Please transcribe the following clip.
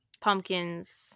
pumpkins